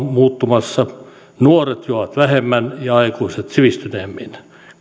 muuttumassa nuoret juovat vähemmän ja aikuiset sivistyneemmin